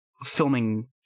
filming